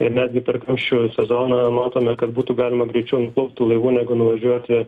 ir netgi tarkim šio sezoną matome kad būtų galima greičiau plaukti laivu negu nuvažiuoti